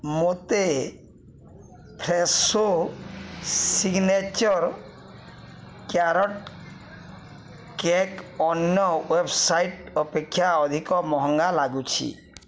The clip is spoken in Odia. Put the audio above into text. ମୋତେ ଫ୍ରେଶୋ ସିଗ୍ନେଚର୍ କ୍ୟାରଟ୍ କେକ୍ ଅନ୍ୟ ୱେବ୍ସାଇଟ୍ ଅପେକ୍ଷା ଅଧିକ ମହଙ୍ଗା ଲାଗୁଛି